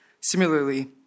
Similarly